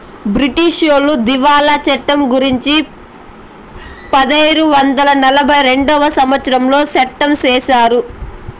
బ్రిటీసోళ్లు దివాళా చట్టం గురుంచి పదైదు వందల నలభై రెండవ సంవచ్చరంలో సట్టం చేశారు